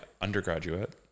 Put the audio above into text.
undergraduate